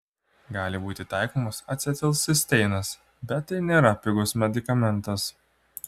gali būti taikomas acetilcisteinas bet tai nėra pigus medikamentas